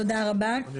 תודה רבה.